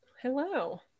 hello